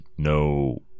no